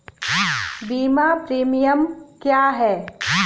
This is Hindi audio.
बीमा प्रीमियम क्या है?